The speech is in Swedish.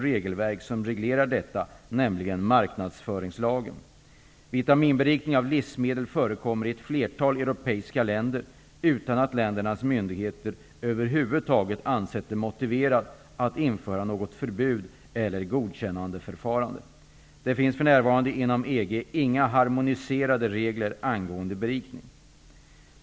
Förekomsten av vitaminberikade livsmedel varierar i de europeiska länderna. Det finns för närvarande inom EG inga harmoniserade regler angående berikning.